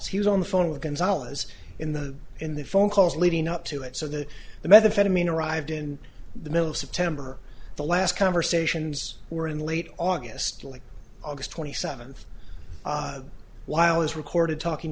was on the phone with gonzalez in the in the phone calls leading up to it so that the benefit of mean arrived in the middle of september the last conversations were in late august early august twenty seventh while his recorded talking